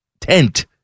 tent